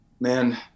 Man